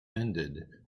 ended